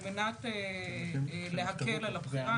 על מנת להקל על הבחירה,